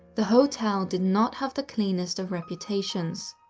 the hotel did not have the cleanest of reputations.